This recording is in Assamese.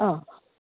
অঁ